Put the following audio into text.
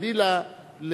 חלילה,